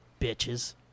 Bitches